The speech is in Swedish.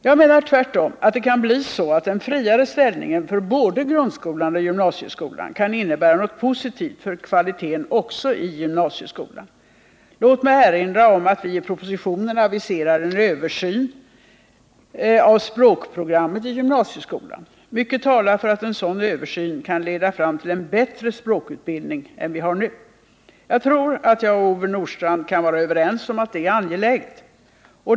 Jag menar tvärtom att den friare ställningen för både grundoch gymnasieskolan kan innebära något positivt för kvaliteten också i gymnasieskolan. Låt mig erinra om att vi i propositionen aviserar en översyn av språkprogrammet i gymnasieskolan. Mycket talar för att en sådan översyn kan leda fram till en bättre språkutbildning än vi nu har. Jag tror att Ove Nordstrandh och jag kan vara överens om att det är angeläget.